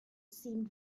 seemed